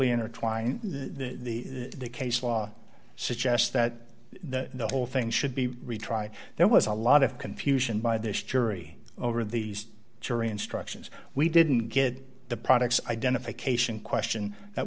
intertwined the case law suggests that the whole thing should be retried there was a lot of confusion by this jury over these jury instructions we didn't get the products identification question that